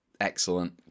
excellent